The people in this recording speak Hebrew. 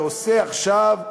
ועושה עכשיו,